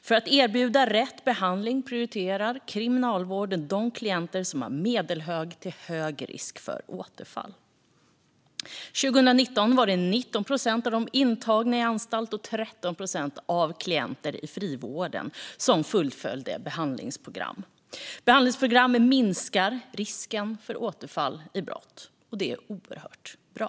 För att erbjuda rätt behandling prioriterar Kriminalvården de klienter som har medelhög till hög risk för återfall. År 2019 var det 19 procent av de intagna på anstalt och 13 procent av klienter i frivården som fullföljde behandlingsprogram. Behandlingsprogram minskar risken för återfall i brott, och det är oerhört bra.